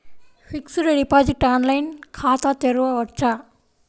Fixed deposit online ఖాతా తెరువవచ్చా?